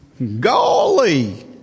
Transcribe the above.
Golly